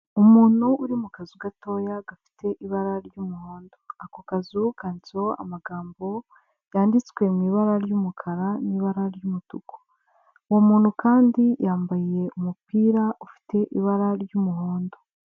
Umuntu uri mu kazu gatoya gafite ibara ry'umuhondo, ako kazuru kanditseho amagambo yanditswe mu ibara ry'umukara n'ibara ry'umutuku. Uwo muntu kandi yambaye umupira ufite ibara ry'umuhondo.